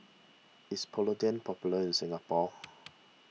is Polident popular in Singapore